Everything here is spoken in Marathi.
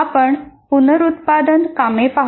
आपण पुनरुत्पादन कामे पाहू